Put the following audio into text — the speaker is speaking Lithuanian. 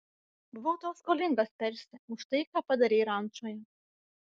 buvau tau skolingas persi už tai ką padarei rančoje